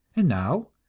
and now,